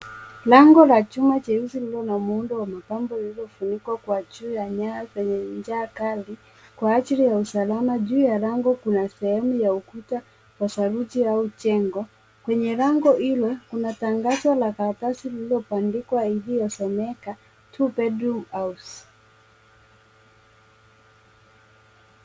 Lango la chuma cheusi lililo na muundo wa mapambo lililofunikwa kwa juu ya nyaya penye njaa kali kwa ajili ya usalama. Juu ya nyaya kuna sehemu ya ukuta wa saruji au jengo. Kwenye lango hilo kuna tangazo la karatasi lililobandikwa iliyosomeka two bedroom house .